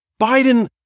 Biden